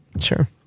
Sure